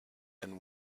and